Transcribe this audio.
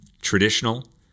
Traditional